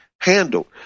handled